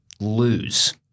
lose